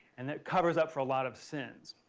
and it covers up for a lot of sins.